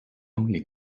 only